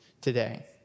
today